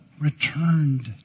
returned